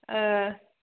औ